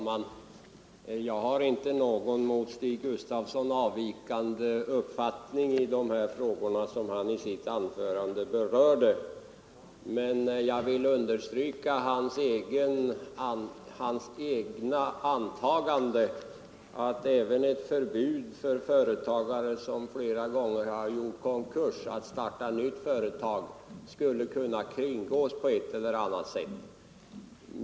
Herr talman! Min uppfattning skiljer sig inte från Stig Gustafssons i de frågor som han berörde i sitt anförande, men jag vill understryka hans egna antaganden att även ett förbud för företagare som flera gånger har gjort konkurs att starta nytt företag skulle kunna kringgås på ett eller annat sätt.